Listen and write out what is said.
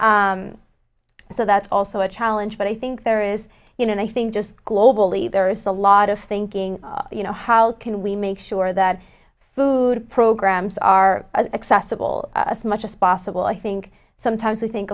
so that's also a challenge but i think there is you know i think just globally there is a lot of thinking you know how can we make sure that food programs are accessible as much as possible i think sometimes we think